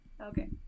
Okay